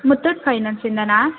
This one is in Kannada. ಮುತ್ತೂಟ್ ಫೈನಾನ್ಸ್ ಇಂದಾನ